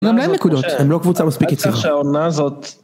גם להם נקודות, הם לא קבוצה מספיק יציבה. אל תשכח שהעונה הזאת...